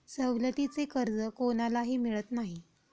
सवलतीचे कर्ज कोणालाही मिळत नाही